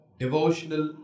devotional